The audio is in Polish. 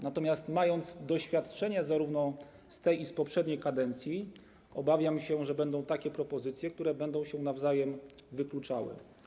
Natomiast mając doświadczenie zarówno z tej, jak i z poprzedniej kadencji, obawiam się że będą takie propozycje, które będą nawzajem się wykluczały.